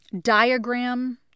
diagram